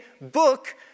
book